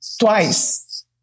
twice